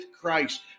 Christ